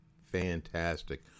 Fantastic